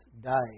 died